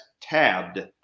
tabbed